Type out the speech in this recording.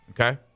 okay